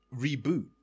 reboot